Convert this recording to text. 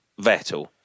Vettel